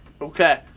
Okay